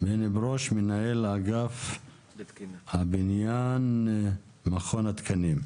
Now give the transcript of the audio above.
מנהל האגף הבניין, מכון התקנים.